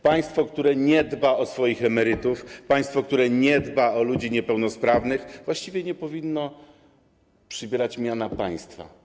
Państwo, które nie dba o swoich emerytów, państwo, które nie dba o ludzi niepełnosprawnych, właściwie nie powinno przybierać miana państwa.